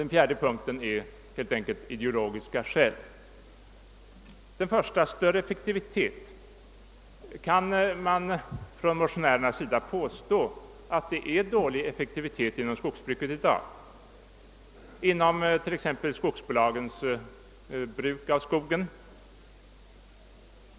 Det fjärde skälet skulle helt enkelt vara ideologiska motiv. Det första skälet är alltså större effektivitet. Kan motionärerna påstå att det är dålig effektivitet inom skogsbruket i dag, t.ex. i skogsbolagens verksamhet?